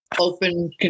open